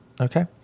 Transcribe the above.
Okay